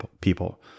people